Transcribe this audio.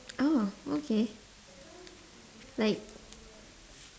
oh okay like